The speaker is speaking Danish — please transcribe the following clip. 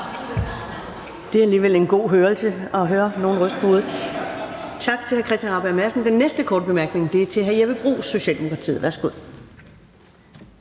Det er alligevel en god hørelse, altså at høre nogle ryste på hovedet.